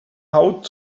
haut